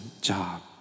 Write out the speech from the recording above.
job